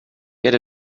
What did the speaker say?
get